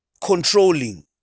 controlling